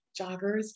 joggers